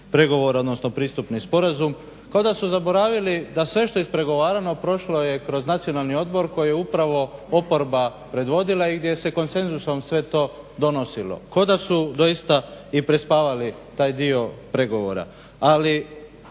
pregovora odnosno pristupni sporazum kao da su zaboravili da sve što je ispregovarano prošlo je kroz Nacionalni odbor koji je upravo oporba predvodila i gdje se konsenzusom sve to donosilo. Ko da su doista i prespavali taj dio pregovora.